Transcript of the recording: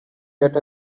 get